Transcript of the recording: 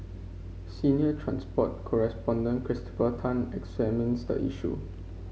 senior transport correspondent Christopher Tan examines the issue